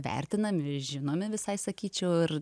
vertinami žinomi visai sakyčiau ir